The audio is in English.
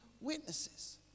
witnesses